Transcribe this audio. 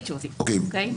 אכן כן.